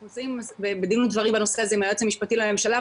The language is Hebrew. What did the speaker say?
אנחנו נמצאים בדין ודברים בנושא הזה עם היועץ המשפטי לממשלה,